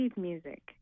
music